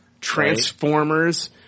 Transformers